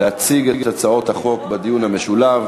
להציג את הצעות החוק בדיון המשולב.